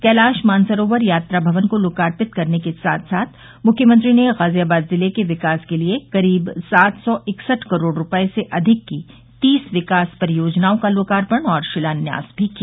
कैलाश मानसरोवर यात्रा भवन को लोकार्पित करने के साथ साथ मुख्यमंत्री ने गाजियाबाद जिले के विकास के लिए करीब सात सौ इकसठ करोड़ रूपये से अधिक की तीस विकास परियोजनाओं का लोकार्पण और शिलान्यास भी किया